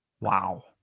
Wow